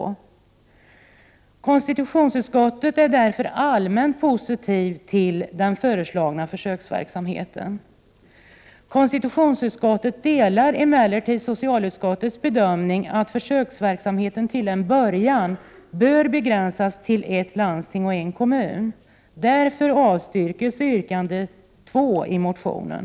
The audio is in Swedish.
I konstitutionsutskottet är man därför allmänt positiv till den föreslagna verksamheten. Konstitutionsutskottet delar emellertid socialutskottets bedömning att försöksverksamheten till en början bör begränsas till ett landsting och en kommun. Därför avstyrker konstitutionsutskottet det andra yrkandet i motionen.